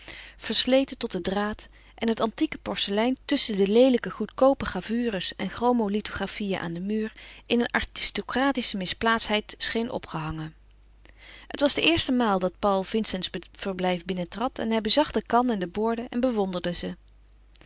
versleten tot den draad en het antieke porselein tusschen de leelijke goedkoope gravures en chromolithografieën aan den muur in een aristocratische misplaatstheid scheen opgehangen het was de eerste maal dat paul vincents verblijf binnentrad en hij bezag de kan en de borden en bewonderde ze